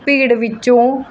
ਭੀੜ ਵਿੱਚੋਂ